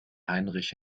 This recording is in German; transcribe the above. heinrich